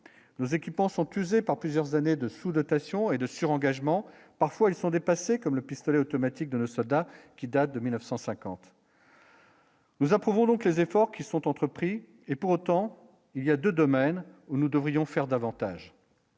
nous équipons sont usés par plusieurs années de sous-dotation et de sur engagement parfois ils sont dépassés, comme le pistolet automatique de nos soldats qui date de 1950. Nous approuvons donc les efforts qui sont entrepris et pour autant il y a 2 domaines où nous devrions faire davantage.